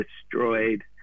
destroyed